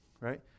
right